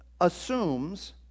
assumes